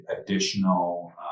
additional